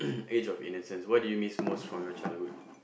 age of innocence what do you miss most from your childhood